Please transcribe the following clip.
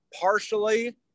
partially